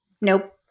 Nope